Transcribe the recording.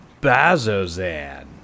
Bazozan